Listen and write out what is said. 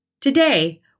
Today